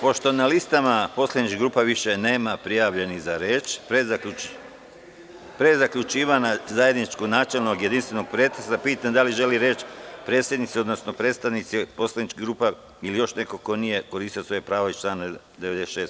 Pošto na listama poslaničkih grupa više nema prijavljenih za reč, pre zaključivanja zajedničkog načelnog i jedinstvenog pretresa, pitam da li žele reč predsednici, odnosno predstavnici poslaničkih grupa ili još neko ko nije iskoristio svoje pravo iz člana 96.